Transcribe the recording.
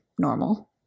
normal